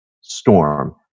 storm